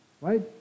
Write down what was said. right